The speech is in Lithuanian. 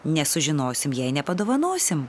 nesužinosim jei ne padovanosim